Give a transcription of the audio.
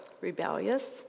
rebellious